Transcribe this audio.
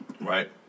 right